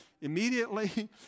immediately